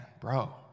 bro